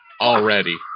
already